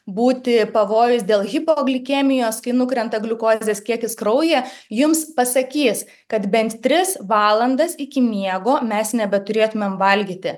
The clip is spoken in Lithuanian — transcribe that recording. būti pavojaus dėl hipoglikemijos kai nukrenta gliukozės kiekis kraujyje jums pasakys kad bent tris valandas iki miego mes nebeturėtumėm valgyti